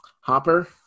Hopper